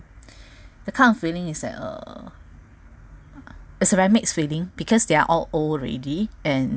the kind of feeling is that uh is a very mixed feeling because they're all old already and